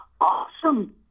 Awesome